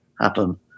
happen